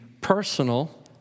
personal